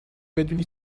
بدونی